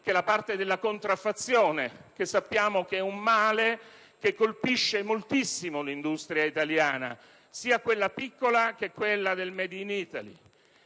Mi riferisco alla contraffazione, che sappiamo essere un male che colpisce moltissimo l'industria italiana, sia quella piccola che quella del *made in Italy*.